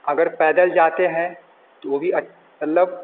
अगर पैदल जाते हैं तो ओ भी अच्छा मतलब